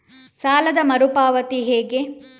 ಸಾಲದ ಮರು ಪಾವತಿ ಹೇಗೆ?